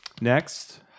Next